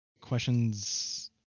questions